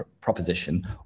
proposition